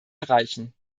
erreichen